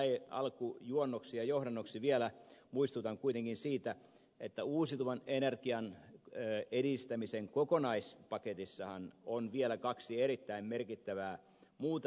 tässä näin alkujuonnoksi ja johdannoksi vielä muistutan kuitenkin siitä että uusiutuvan energian edistämisen kokonaispaketissahan on vielä kaksi erittäin merkittävää muuta tointa